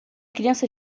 criança